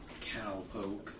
cowpoke